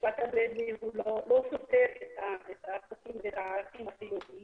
המשפט הבדואי לא סותר את הערכים החינוכיים,